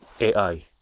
AI